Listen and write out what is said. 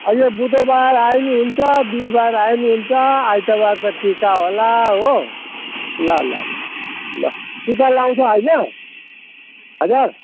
अहिले बुधबार आए नि हुन्छ बिहीबार आए नि हुन्छ आइतबार त टिका होला हो ल ल ल ल टिका लाउँछ होइन हजुर